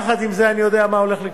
יחד עם זה, אני יודע מה הולך לקרות,